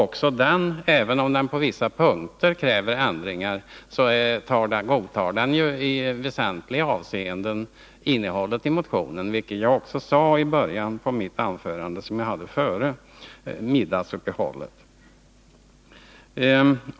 Också den godtar i väsentliga avseenden innehållet i propositionen — även om den på vissa punkter kräver ändringar — vilket jag också sade i början på det anförande som jag höll före middagsuppehållet.